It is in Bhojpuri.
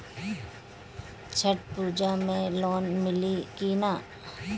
छठ पूजा मे लोन मिली की ना?